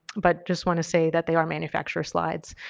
but just want to say that they are manufacturer slides.